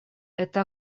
это